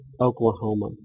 Oklahoma